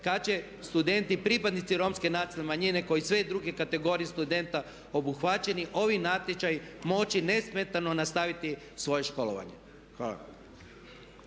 kada će studenti i pripadnici Romske nacionalne manjine kao i sve druge kategorije studenta obuhvaćeni ovi natječaji moći nesmetano nastaviti svoje školovanje.